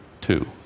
two